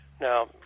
Now